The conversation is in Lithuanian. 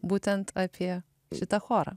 būtent apie šitą chorą